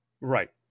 Right